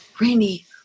randy